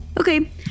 Okay